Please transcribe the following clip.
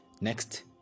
next